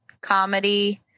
comedy